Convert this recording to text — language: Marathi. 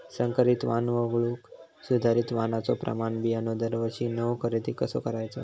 संकरित वाण वगळुक सुधारित वाणाचो प्रमाण बियाणे दरवर्षीक नवो खरेदी कसा करायचो?